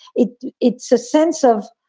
it it's a sense of